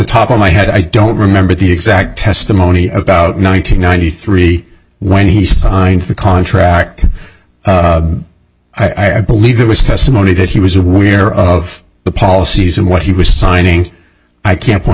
top of my head i don't remember the exact testimony about nine hundred ninety three when he signed the contract i believe it was testimony that he was aware of the policies and what he was signing i can't point